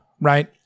Right